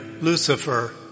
Lucifer